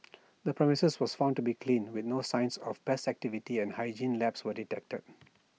the premises was found to be clean with no signs of pest activity and hygiene lapse were detected